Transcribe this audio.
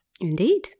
Indeed